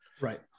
Right